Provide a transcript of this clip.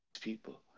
people